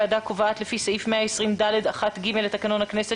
יושבת ראש הוועדה קובעת לפי סעיף 120(ד)(1)(ג) לתקנון הכנסת